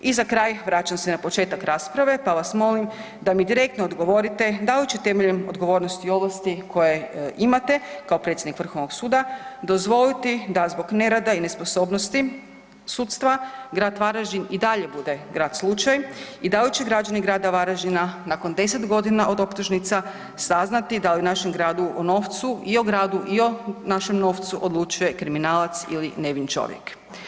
I za kraj vraćam se na početak rasprave, pa vas molim da mi direktno odgovorite da li će temeljem odgovornosti i ovlasti koje imate kao predsjednik Vrhovnog suda dozvoliti da zbog nerada i nesposobnosti sudstva grad Varaždin i dalje bude grad slučaj i da li će građani grada Varaždina nakon 10 godina od optužnica saznati da li našem gradu, o novcu i o gradu i o našem novcu odlučuje kriminalac ili nevin čovjek.